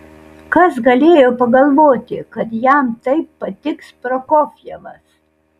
kas galėjo pagalvoti kad jam taip patiks prokofjevas